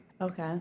Okay